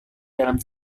dalam